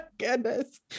goodness